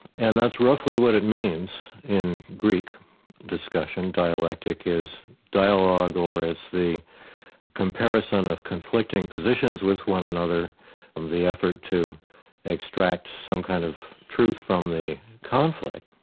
and that's roughly what it means in greek discussion dialectic is dialogue or is the comparison of conflicting positions with one another in um the effort to extract some kind of truth from the conflict.